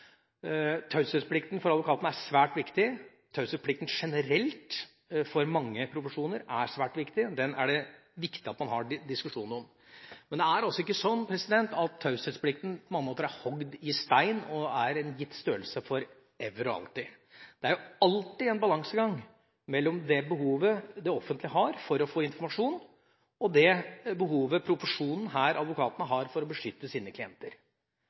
Taushetsplikten for advokatene er svært viktig. Taushetsplikten er generelt for mange profesjoner svært viktig, og det er viktig at man har en diskusjon om den. Men det er ikke sånn at taushetsplikten på mange måter er hogd i stein og er en gitt størrelse for evig og alltid. Det er alltid en balansegang mellom det behovet det offentlige har for å få informasjon, og det behovet profesjonen – her advokatene – har for å beskytte sine klienter.